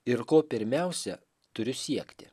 ir ko pirmiausia turiu siekti